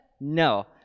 No